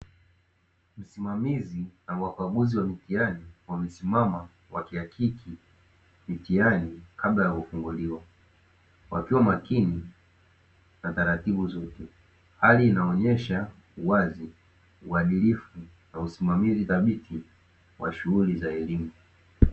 Wasimamizi na wakaguzi wa mitihani wakiwa wamesimama wakihakiki mitihani kabla ya kufunguliwa, wakiwa makini na taratibu zote, hali inaonyesha wazi uadilifu na usimamizi thabiti kwa shughuli za elimu.